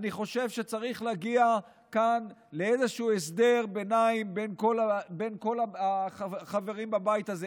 אני חושב שצריך להגיע כאן לאיזשהו הסדר ביניים בין כל החברים בבית הזה.